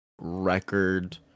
record